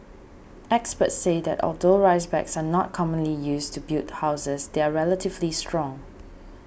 experts say that although rice bags are not commonly used to build houses they are relatively strong